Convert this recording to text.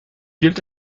gilt